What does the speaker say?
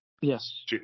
Yes